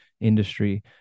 industry